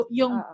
yung